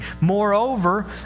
Moreover